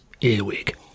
earwig